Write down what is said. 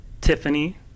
Tiffany